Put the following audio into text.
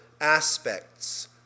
aspects